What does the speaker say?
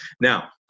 now